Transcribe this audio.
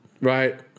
Right